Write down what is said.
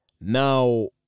Now